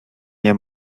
nie